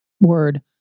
word